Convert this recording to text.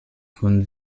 kun